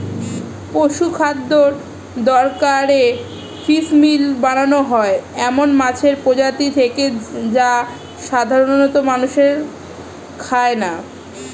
পশুখাদ্যের দরকারে ফিসমিল বানানো হয় এমন মাছের প্রজাতি থেকে যা সাধারনত মানুষে খায় না